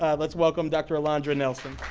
let's welcome dr. alondra nelson.